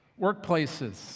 workplaces